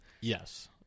Yes